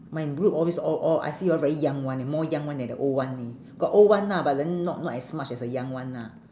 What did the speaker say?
my group always all all I see all very young [one] leh more young one than the old one leh got old one lah but then not not as much as the young one lah